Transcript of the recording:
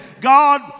God